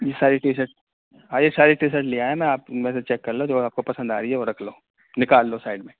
یہ ساری T shirt ہاں یہ ساری ٹی شرٹ لے آیا میں آپ ان میں سے چیک کر لو جو آپ کو پسند آ رہی ہے وہ رکھ لو نکال لو سائیڈ میں